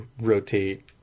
rotate